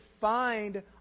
find